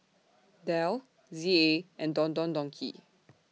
Dell Z A and Don Don Donki